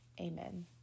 Amen